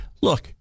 Look